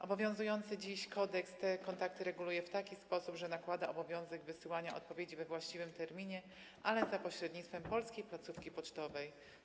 Obowiązujący dziś kodeks te kontakty reguluje w taki sposób, że nakłada obowiązek wysyłania odpowiedzi we właściwym terminie, ale za pośrednictwem polskiej placówki pocztowej.